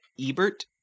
Ebert